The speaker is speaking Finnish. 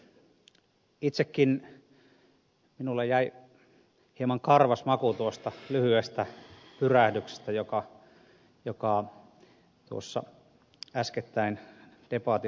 itsekin minulle jäi hieman karvas maku tuosta lyhyestä pyrähdyksestä joka äskettäin debatissa käytiin